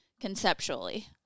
conceptually